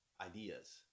ideas